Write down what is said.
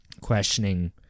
questioning